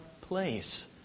place